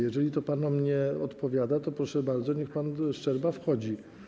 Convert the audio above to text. Jeżeli to panom nie odpowiada, to proszę bardzo, niech pan Szczerba wchodzi.